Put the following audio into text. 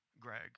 Greg